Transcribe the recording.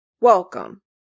welcome